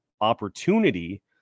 opportunity